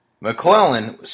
McClellan